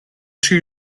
two